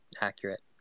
accurate